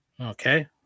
Okay